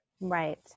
Right